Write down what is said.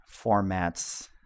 formats